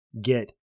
get